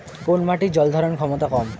কোন মাটির জল ধারণ ক্ষমতা কম?